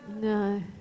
No